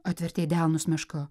atvertė delnus meška